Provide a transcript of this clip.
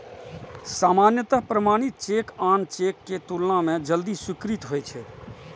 सामान्यतः प्रमाणित चेक आन चेक के तुलना मे जल्दी स्वीकृत होइ छै